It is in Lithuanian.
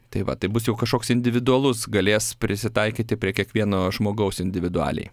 tai va tai bus jau kažkoks individualus galės prisitaikyti prie kiekvieno žmogaus individualiai